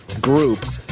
group